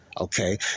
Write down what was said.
Okay